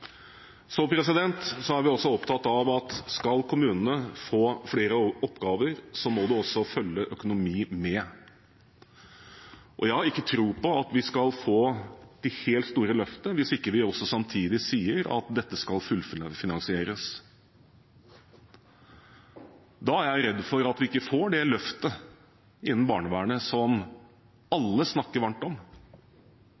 så sterk kritikk av disse programmene. Så er vi også opptatt av at skal kommunene få flere oppgaver, må det også følge økonomi med. Jeg har ikke tro på at vi skal få de helt store løftene hvis vi ikke også samtidig sier at dette skal fullfinansieres. Da er jeg redd for at vi ikke får det løftet innen barnevernet som